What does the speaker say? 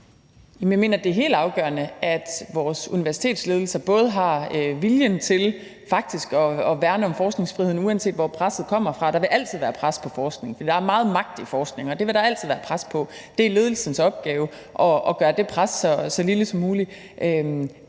jeg mener, det er helt afgørende, at vores universitetsledelser har viljen til faktisk at værne om forskningsfriheden, uanset hvor presset kommer fra. Der vil altid være pres på forskning, for der er meget magt i forskning. Den vil der altid være et pres på. Det er ledelsens opgave at gøre det pres så lille som muligt.